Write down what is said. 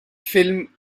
film